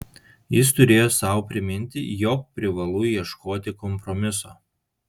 jis turėjo sau priminti jog privalu ieškoti kompromiso